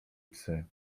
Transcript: psy